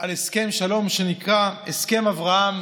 על הסכם שלום שנקרא הסכם אברהם.